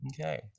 okay